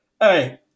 Hey